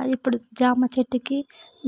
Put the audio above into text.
అది ఇప్పుడు జామ చెట్టుకి